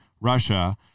Russia